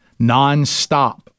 nonstop